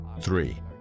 three